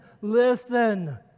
Listen